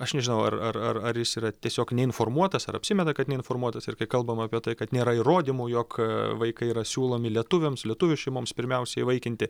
aš nežinau ar ar ar jis yra tiesiog neinformuotas ar apsimeta kad neinformuotas ir kai kalbam apie tai kad nėra įrodymų jog vaikai yra siūlomi lietuviams lietuvių šeimoms pirmiausia įvaikinti